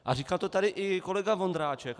A říkal to tady i kolega Vondráček.